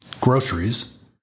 groceries